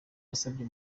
yasabye